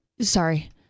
sorry